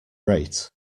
rate